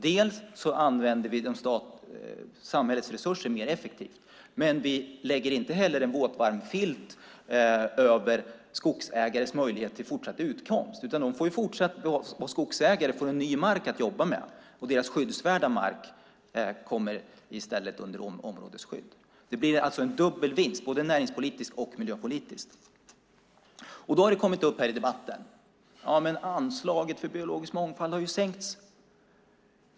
Dels använder vi samhällets resurser mer effektivt, dels lägger vi inte en våtvarm filt över skogsägares möjlighet till fortsatt utkomst, utan de får fortsätta att vara skogsägare och får ny mark att jobba med, medan deras skyddsvärda mark kommer under områdesskydd. Det blir alltså en dubbel vinst, både näringspolitiskt och miljöpolitiskt. Det har i debatten kommit upp att anslaget för biologisk mångfald har sänkts.